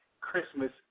Christmas